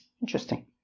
Interesting